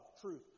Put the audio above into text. truth